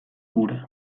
hura